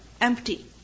Empty